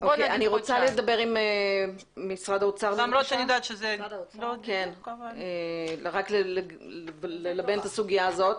אני רצה להעלות את נציגת משרד האוצר כדי ללבן את הסוגיה הזאת.